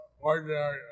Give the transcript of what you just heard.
ordinary